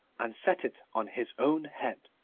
and set it on his own head.